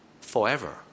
forever